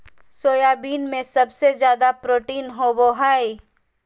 soybean में सबसे ज़्यादा प्रोटीन होबा हइ